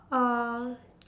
uh